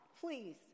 please